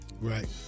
Right